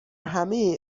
همه